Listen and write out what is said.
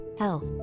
health